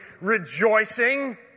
rejoicing